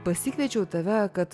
pasikviečiau tave kad